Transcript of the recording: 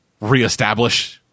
reestablish